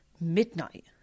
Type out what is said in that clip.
midnight